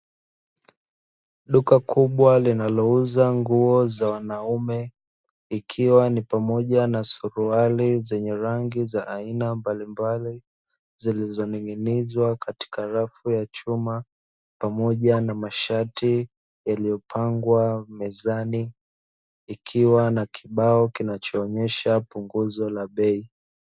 Duka kubwa linalouza nguo za wanaume, ikiwa ni pamoja na suruali zenye rangi za aina mbalimbali, zilizoning'inizwa katika rafu ya chuma pamoja na mashati yaliyopangwa mezani, ikiwa na kibao kinachoonyesha punguzo la bei.